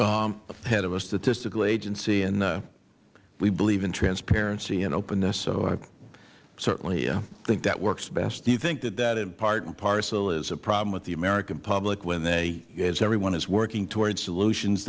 am head of a statistical agency and we believe in transparency and openness so i certainly think that works best mister larson do you think that that in part and parcel is a problem with the american public when they as everyone is working toward solutions